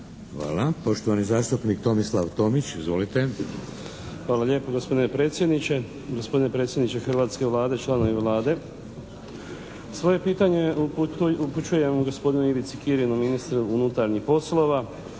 Hvala. Poštovani zastupnik Tomislav Tomić. Izvolite. **Tomić, Tomislav (HDZ)** Hvala lijepo gospodine predsjedniče, gospodine predsjedniče hrvatske Vlade, članovi Vlade. Svoje pitanje upućujem gospodinu Ivici Kirinu ministru unutarnjih poslova.